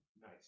nice